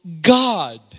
God